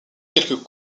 quelques